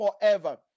forever